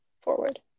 Forward